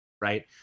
Right